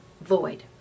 void